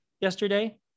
yesterday